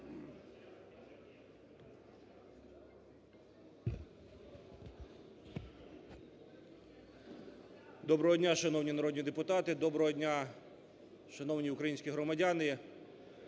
Доброго дня, шановні народні депутати! Доброго дня, шановні українські громадяни!